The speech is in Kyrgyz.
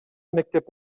мектеп